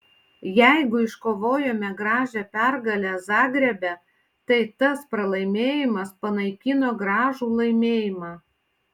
jeigu iškovojome gražią pergalę zagrebe tai tas pralaimėjimas panaikino gražų laimėjimą